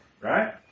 Right